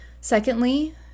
Secondly